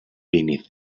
beneath